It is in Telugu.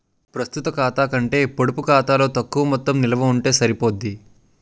ప్రస్తుత ఖాతా కంటే పొడుపు ఖాతాలో తక్కువ మొత్తం నిలవ ఉంటే సరిపోద్ది